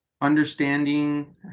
understanding